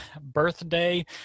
birthday